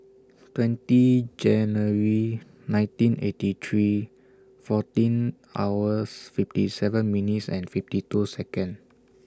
twenty January nineteen eighty three fourteen hours fifty seven minutes and fifty two Second